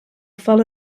fall